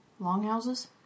longhouses